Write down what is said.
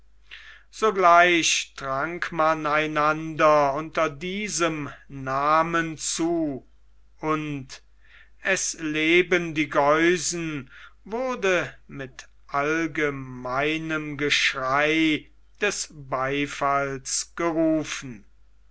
sogleich trank man einander unter diesem namen zu und es leben die geusen wurde mit allgemeinem geschrei des beifalls gerufen